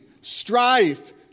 strife